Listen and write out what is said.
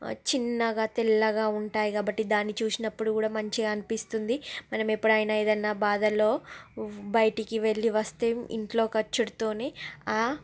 చిన్నగా తెల్లగా ఉంటాయి కాబట్టి దాన్ని చూసినప్పుడు కూడా మంచిగా అనిపిస్తుంది మనం ఎప్పుడైనా ఏదైన బాధల్లో బయటికి వెళ్ళి వస్తే ఇంట్లోకి వచ్చుడుతోనే